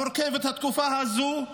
המורכבת, בתקופה הזו,